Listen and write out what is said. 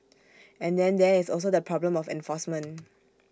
and then there is also the problem of enforcement